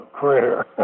career